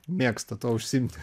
mėgsta tuo užsiimti